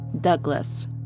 Douglas